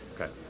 Okay